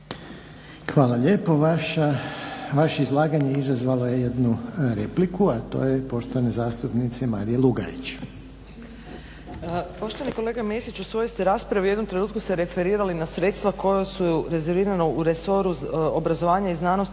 Hvala lijepo. Vaše izlaganje izazvalo je jednu repliku, a to je poštovane zastupnice Marije Lugarić. **Lugarić, Marija (SDP)** Poštovani kolega Mesiću u svojoj ste raspravi u jednom trenutku se referirali na sredstva koja su rezervirana u resoru obrazovanja i znanosti